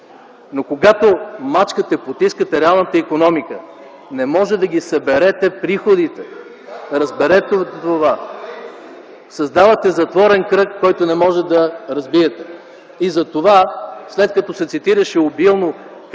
но когато мачкате, потискате реалната икономика, не може да съберете приходите. Разберете това! Създавате затворен кръг, който не може да разбиете. След като се цитираше обилно